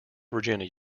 virginia